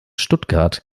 stuttgart